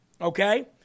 okay